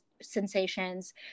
sensations